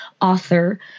author